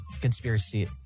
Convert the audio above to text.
conspiracy